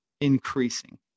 increasing